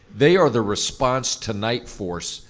they are the response tonight force,